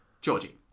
Georgie